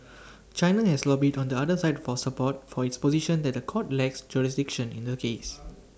China has lobbied on the other side for support for its position that The Court lacks jurisdiction in the case